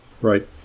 right